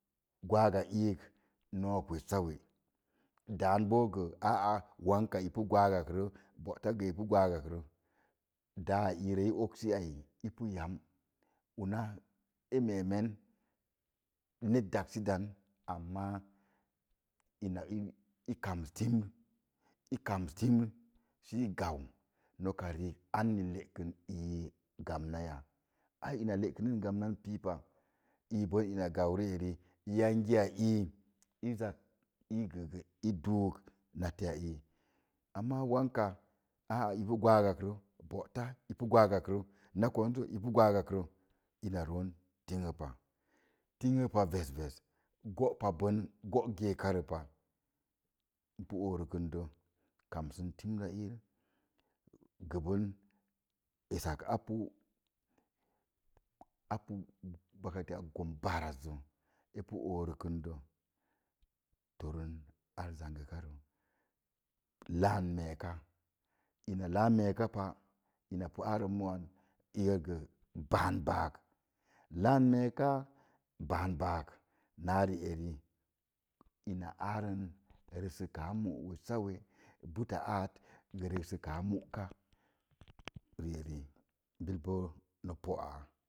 Gwaag ga iik nóó wessa we daan aa wank i pu gwaag ga ak rə bo'ta gə i pa gwaag ak rə, dá irə i ogsə ai i pu yam e mee men net dagsə dan amma ina ii i kamti sə i gau noka riik anni lekən ii gamna ya ana pii sə lekən ii gamna pii pa i ɓən ina gau ri'eri yangi ii i zak səi duu sə duuk latə a ii amma wanka i pu gwaag sa akrə bóta i pu gwaag ga ak rə ná konze i pu gwaag ga ak rə ina zoon tinglə pa tinglə pa ves ves go'pa ɓən gó geka rə pa n pa orəkən də kamsə timr ra iil gə gbən esak a pu a pu wakati a gom barrə zə e pa orakundə, torum addu'a rə laán meeka ina lá mee ka pa ban baak lan mee ka ban baak naa ri eri ina arən resəka mu'ka wessa wé butta aat rek muka bil na po'a.